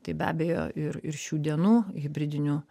tai be abejo ir ir šių dienų hibridinių